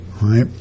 right